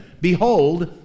Behold